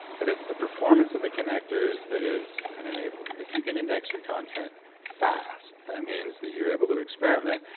but it's the performance of the connectors that is an enabler. if you can index your content fast, that means that you're able to experiment.